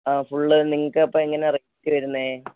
ആ ഫുൾ നിങ്ങൾക്ക് അപ്പോൾ എങ്ങനെയാണ് റേറ്റ് വരുന്നത്